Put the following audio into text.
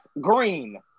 Green